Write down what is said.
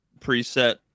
preset